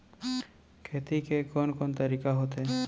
खेती के कोन कोन तरीका होथे?